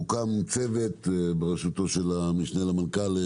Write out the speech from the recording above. הוקם צוות בראשותו של המשנה למנכ"ל,